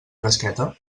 fresqueta